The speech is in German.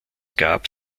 gab